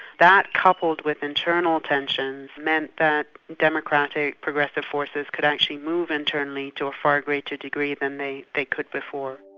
that, coupled with internal tensions meant that democratic prgressive forces could actually move internally to a far greater degree than they they could before.